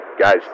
Guys